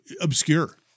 obscure